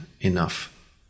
enough